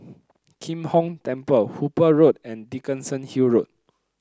Kim Hong Temple Hooper Road and Dickenson Hill Road